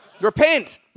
repent